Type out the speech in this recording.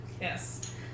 Yes